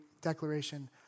declaration